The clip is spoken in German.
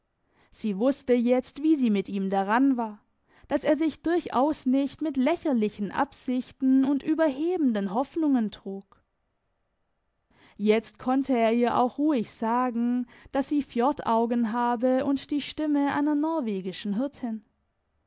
sie wusste jetzt wie sie mit ihm daran war dass er sich durchaus nicht mit lächerlichen absichten und überhebenden hoffnungen trug jetzt konnte er ihr auch ruhig sagen dass sie fjordaugen habe und die stimme einer norwegischen hirtin